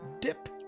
dip